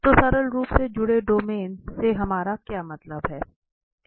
तो सरल रूप से जुड़े डोमेन से हमारा क्या मतलब है